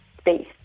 space